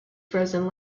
frozen